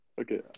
Okay